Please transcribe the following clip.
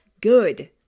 good